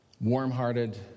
warm-hearted